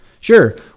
Sure